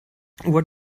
what